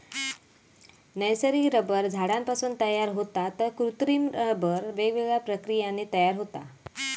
नैसर्गिक रबर झाडांपासून तयार होता तर कृत्रिम रबर वेगवेगळ्या प्रक्रियांनी तयार होता